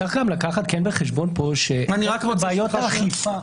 צריך גם לקחת בחשבון פה שיש בעיות אכיפה.